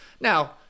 Now